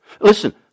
Listen